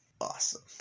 Awesome